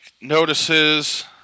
notices